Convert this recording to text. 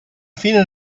fine